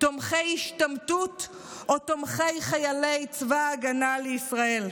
תומכי השתמטות או תומכי חיילי צבא ההגנה לישראל.